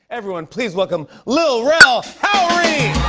everyone, please welcome lil rel howery!